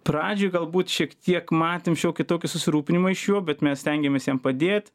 pradžioj galbūt šiek tiek matėm šiokį tokį susirūpinimą iš jo bet mes stengiamės jam padėt